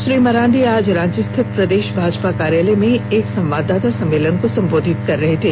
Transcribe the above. श्री मरांडी आज रांची स्थित प्रदेश भाजपा कार्यालय में एक संवाददाता सम्मेलन को संबोधित कर रहे थे